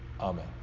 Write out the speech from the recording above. Amen